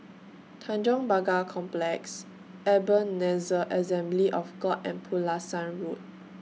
Tanjong Pagar Complex Ebenezer Assembly of God and Pulasan Road